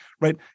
right